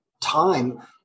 time